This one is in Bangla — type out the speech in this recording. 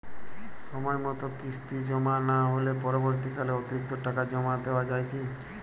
সময় মতো কিস্তি জমা না হলে পরবর্তীকালে অতিরিক্ত টাকা জমা দেওয়া য়ায় কি?